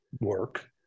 work